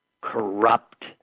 corrupt